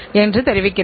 என்பதே முக்கியமானது